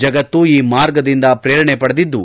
ಜಗತ್ತು ಈ ಮಾರ್ಗದಿಂದ ಪ್ರೇರಣೆ ಪಡೆದಿದ್ದು